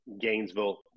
Gainesville